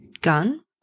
Gun